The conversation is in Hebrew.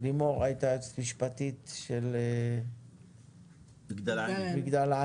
לימור הייתה היועצת המשפטית של מגדל העמק,